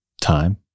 time